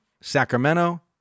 Sacramento